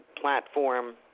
platform